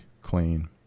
clean